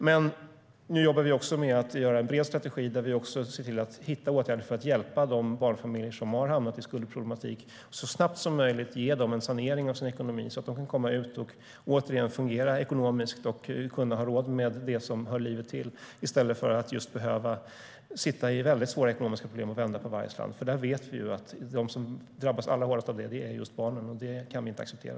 Nu jobbar vi även med att göra en bred strategi, där vi också ser till att hitta åtgärder för att hjälpa de barnfamiljer som har hamnat i skuldproblematik och så snabbt som möjligt ge dem en sanering av ekonomin, så att de kan komma ut och återigen fungera ekonomiskt och kunna ha råd med det som hör livet till i stället för att behöva sitta i väldigt svåra ekonomiska problem och vända på varje slant. Vi vet nämligen att de som drabbas allra hårdast av det är barnen, och det kan vi inte acceptera.